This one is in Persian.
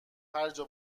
هرجا